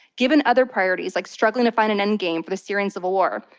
given other priorities like struggling to find an endgame for the syrian civil war.